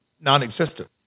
non-existent